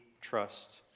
trust